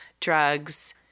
drugs